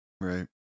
right